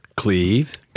Cleve